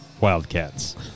Wildcats